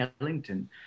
Ellington